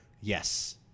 yes